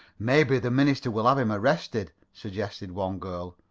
maybe the minister will have him arrested, suggested one girl.